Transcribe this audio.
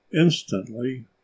Instantly